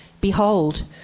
behold